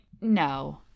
no